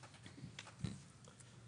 (2)